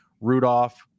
Rudolph